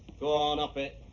go on up it.